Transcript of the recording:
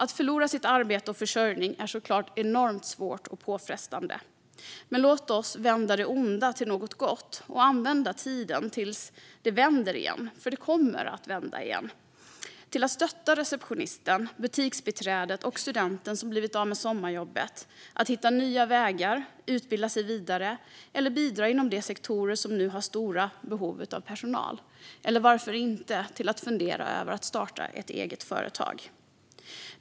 Att förlora sitt arbete och sin försörjning är såklart enormt svårt och påfrestande, men låt oss vända det onda till något gott och använda tiden tills det vänder - för det kommer att vända - till att stötta receptionisten, butiksbiträdet och studenten som blivit av med sommarjobbet i att hitta nya vägar, utbilda sig vidare eller bidra inom de sektorer som nu har stora behov av personal. Varför inte använda tiden till att fundera över att starta ett eget företag?